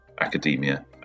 academia